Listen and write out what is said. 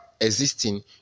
existing